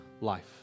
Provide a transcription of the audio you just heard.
life